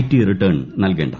T return നൽകേണ്ട